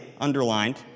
underlined